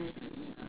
mm